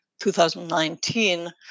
2019